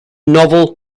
novel